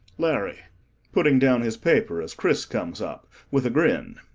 larry putting down his paper as chris comes up with a grin.